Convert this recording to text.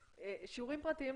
שיעורים פרטיים,